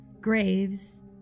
graves